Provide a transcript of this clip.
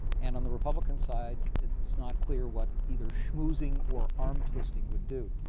and on the republican side, it's not clear what either schmoozing or arm twisting would do.